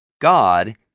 God